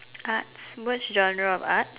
arts which genre of arts